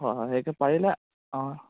হয় হয় পাৰিলে অঁ